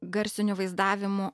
garsiniu vaizdavimu